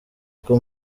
two